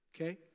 Okay